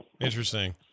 Interesting